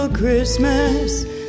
Christmas